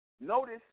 notice